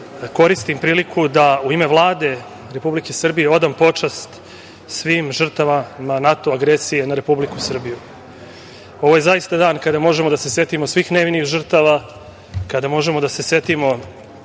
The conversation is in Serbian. koristim priliku da u ime Vlade Republike Srbije odam počast svim žrtvama NATO agresije na Republiku Srbiju. Ovo je zaista dan kada možemo da se setimo svih nevinih žrtava, kada možemo da se setimo